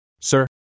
Sir